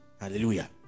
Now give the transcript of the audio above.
Hallelujah